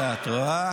זו השאלה, את רואה?